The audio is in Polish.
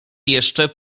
jeszcze